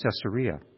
Caesarea